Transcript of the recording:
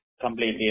Completely